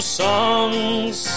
songs